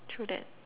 true that